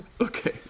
Okay